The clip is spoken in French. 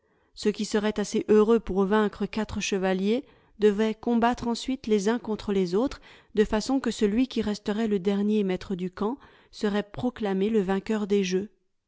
ceux qui seraient assez heureux pour vaincre quatre chevaliers devaient combattre ensuite les uns contre les autres de façon que celui qui resterait le dernier maître du camp serait proclamé le vainqueur des jeux